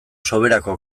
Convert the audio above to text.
soberako